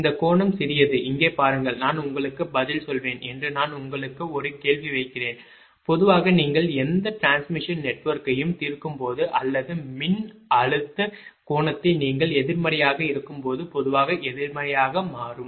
இந்த கோணம் சிறியது இங்கே பாருங்கள் நான் உங்களுக்கு பதில் சொல்வேன் என்று நான் உங்களுக்கு ஒரு கேள்வி வைக்கிறேன் பொதுவாக நீங்கள் எந்த டிரான்ஸ்மிஷன் நெட்வொர்க்கையும் தீர்க்கும் போது அல்லது இவை மின்னழுத்த கோணத்தை நீங்கள் எதிர்மறையாக இருக்கும் போது பொதுவாக எதிர்மறையாக மாறும்